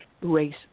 Race